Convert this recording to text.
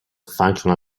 functional